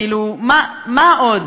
כאילו, מה עוד?